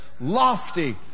lofty